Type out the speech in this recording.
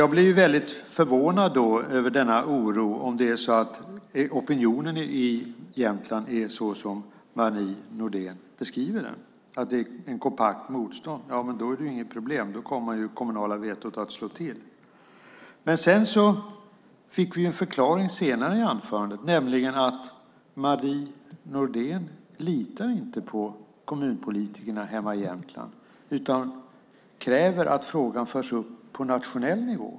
Jag blir väldigt förvånad över denna oro om opinionen i Jämtland är sådan som Marie Nordén beskriver den, nämligen att det är ett kompakt motstånd. Då är det ju inget problem. Då kommer ju det kommunala vetot att slå till. Senare i anförandet fick vi en förklaring, nämligen att Marie Nordén inte litar på kommunpolitikerna hemma i Jämtland. Hon kräver att frågan förs upp på nationell nivå.